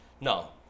No